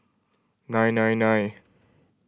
nine nine nine